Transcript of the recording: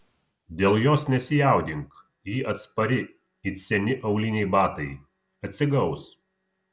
dėl jos nesijaudink ji atspari it seni auliniai batai atsigaus